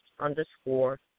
underscore